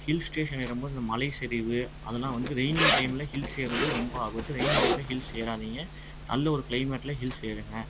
hill station ஏறும் போது இந்த மலை சரிவு அதெல்லாம் வந்து ரெயினிங் டைமில் ஹில்ஸ் ஏர்றது ரொம்ப ஆபத்து ரெயினி டைமில் ஹில்ஸ் ஏறாதீங்க நல்ல ஒரு க்ளைமேட்டில் ஹில்ஸ் ஏறுங்கள்